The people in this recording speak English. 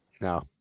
No